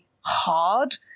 hard